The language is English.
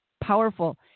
powerful